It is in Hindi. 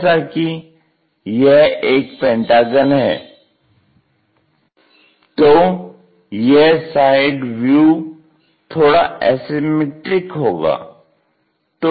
जैसा कि यह एक पेंटागन है तो यह साइड व्यू थोड़ा असिमेट्रिक होगा